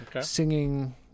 singing